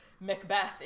Macbeth